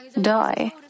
die